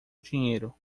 dinheiro